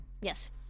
Yes